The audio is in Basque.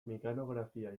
mekanografia